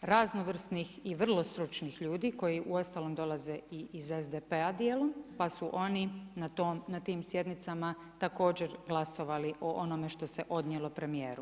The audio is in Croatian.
raznovrsnih i vrlo stručnih ljudi koji uostalom dolaze i iz SDP-a dijelom pa su oni na tim sjednicama također glasovali o onome što se odnijelo premijeru.